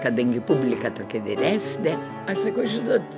kadangi publika tokia vyre be aš sakau žinot